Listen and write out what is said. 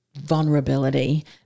vulnerability